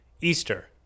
Easter